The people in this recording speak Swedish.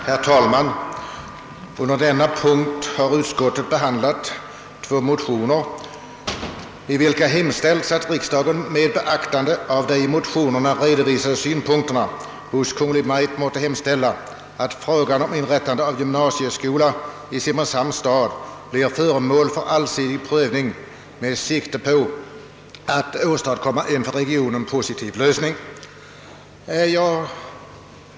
Herr talman! Under denna punkt har utskottet behandlat två motioner, i vilka hemställts »att riksdagen med beaktande av de i motionerna redovisade synpunkterna hos Kungl. Maj:t måtte hemställa, att frågan om inrättande av gymnasieskola i Simrishamns stad blir föremål för en allsidig prövning med sikte på att åstadkomma en för regionen mer positiv lösning».